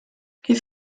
his